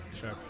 Sure